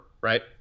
right